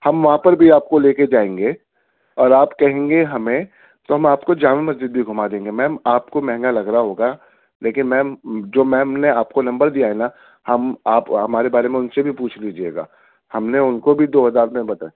ہم وہاں پر بھی آپ کو لے کے جائیں گے اور آپ کہیں گے ہمیں تو ہم آپ کو جامع مسجد بھی گُھما دیں گے میم آپ کو مہنگا لگ رہا ہوگا لیکن میم جو میم نے آپ کو نمبر دیا ہے نا ہم آپ ہمارے بارے میں اُن سے بھی پوچھ لیجیے گا ہم نے اُن کو بھی دو ہزار میں بتائے